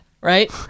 right